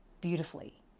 beautifully